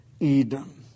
Edom